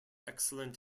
excellent